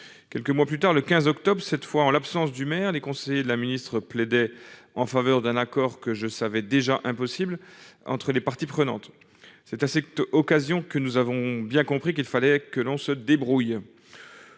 quelques mois plus tard le 15 octobre cette fois en l'absence du maire, les conseillers de la ministre plaidait en faveur d'un accord que je savais déjà impossibles entre les parties prenantes, cet insecte occasions que nous avons bien compris qu'il fallait que l'on se débrouille,